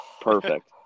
Perfect